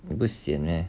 你不 sian meh